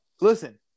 listen